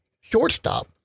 shortstop